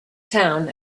town